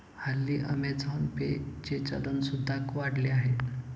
हल्ली Amazon Pay चे चलन सुद्धा वाढले आहे